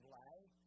life